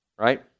right